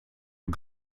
und